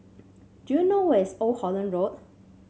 do you know where is Old Holland Road